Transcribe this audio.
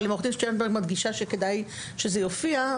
אבל אם עו"ד שטרנברג מדגישה שכדאי שזה יופיע,